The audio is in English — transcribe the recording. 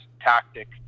tactic